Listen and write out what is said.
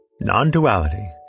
Non-duality